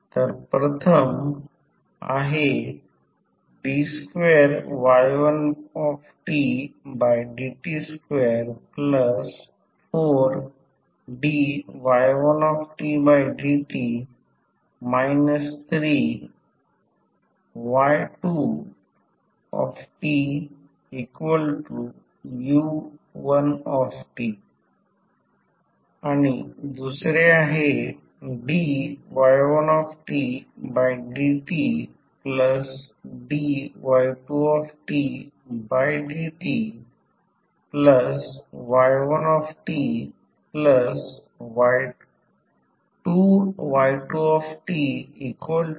तर प्रथम आहे d2y1dt24dy1dt 3y2tu1t दुसरे आहे dy1dtdy2dty1t2y2tu2t